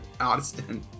Austin